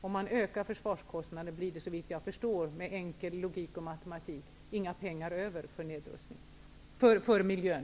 Om man ökar försvarskostnaderna, blir det såvitt jag förstår, med enkel logik och med enkel matematik, inga pengar över för miljön.